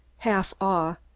half awe,